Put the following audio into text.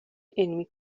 علمی